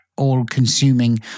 All-consuming